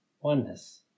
oneness